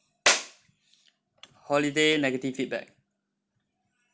holiday negative feedback